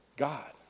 God